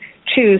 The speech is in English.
choose